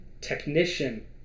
technician